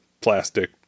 plastic